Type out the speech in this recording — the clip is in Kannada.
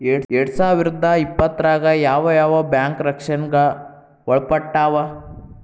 ಎರ್ಡ್ಸಾವಿರ್ದಾ ಇಪ್ಪತ್ತ್ರಾಗ್ ಯಾವ್ ಯಾವ್ ಬ್ಯಾಂಕ್ ರಕ್ಷ್ಣೆಗ್ ಒಳ್ಪಟ್ಟಾವ?